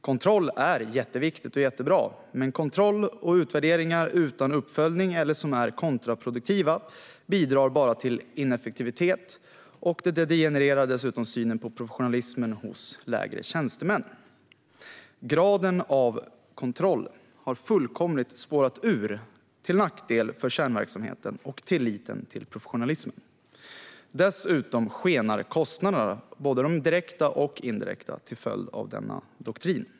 Kontroll är jätteviktigt och jättebra, men kontroller och utvärderingar utan uppföljning eller som är kontraproduktiva bidrar bara till ineffektivitet. Dessutom degenereras synen på professionalismen hos lägre tjänstemän. Graden av kontroll har fullkomligt spårat ur, till nackdel för kärnverksamheten och tilliten till professionalismen. Dessutom skenar kostnaderna, både de direkta och de indirekta, till följd av denna doktrin.